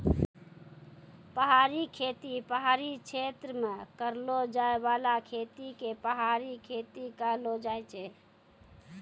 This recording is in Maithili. पहाड़ी खेती पहाड़ी क्षेत्र मे करलो जाय बाला खेती के पहाड़ी खेती कहलो जाय छै